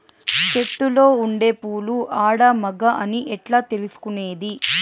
చెట్టులో ఉండే పూలు ఆడ, మగ అని ఎట్లా తెలుసుకునేది?